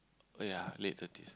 oh yea late thirties